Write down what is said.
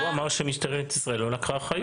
אבל הוא אמר שמשטרת ישראל לא לקחה אחריות.